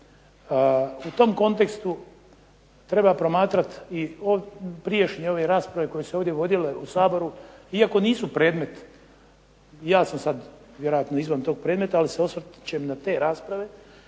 U tom kontekstu treba promatrati i prijašnje ove rasprave koje su se ovdje vodile u Saboru, iako nisu predmet, ja sam sad vjerojatno izvan tog predmeta, ali se osvrćem na te rasprave